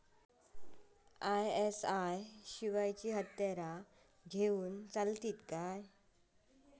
ISI शिवायची हत्यारा घेऊन चलतीत काय?